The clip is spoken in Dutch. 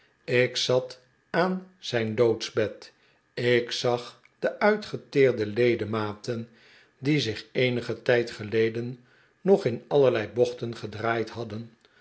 ik zat aan zijn doodsbed ik zag de uitgeteerde ledematen die zich eenigen tijd geleden nog in allerlei bochten gedraaid hadden